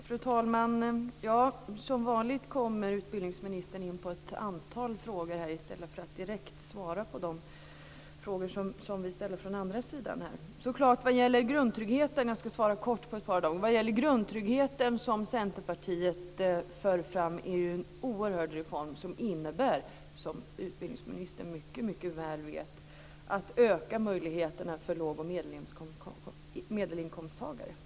Fru talman! Som vanligt kommer utbildningsministern in på ett antal frågor i stället för att direkt svara på de frågor som vi ställer från andra sidan. Vad gäller grundtryggheten ska jag svara kort. Den grundtrygghet som Centerpartiet för fram är en oerhörd reform som innebär, som utbildningsminister mycket väl vet, att man ökar möjligheterna för lågoch medelinkomsttagare.